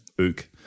ook